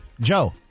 Joe